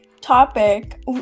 topic